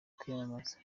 kwiyamamaza